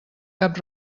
cap